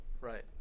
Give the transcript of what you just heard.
right